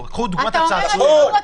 אני יודע איך הם מרגישים,